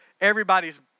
everybody's